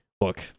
Look